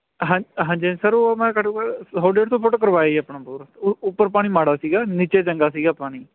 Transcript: ਹਾਂਜੀ ਹਾਂਜੀ ਹਾਂਜੀ ਸਰ ਉਹ ਮੈਂ ਘੱਟੋ ਘੱਟ ਸੌ ਡੇਢ ਸੌ ਫੁੱਟ ਕਰਵਾਇਆ ਜੀ ਆਪਣਾ ਬੋਰ ਉਹ ਉੱਪਰ ਪਾਣੀ ਮਾੜਾ ਸੀਗਾ ਨੀਚੇ ਚੰਗਾ ਸੀਗਾ ਪਾਣੀ